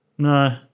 No